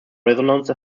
resonance